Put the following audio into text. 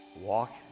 Walk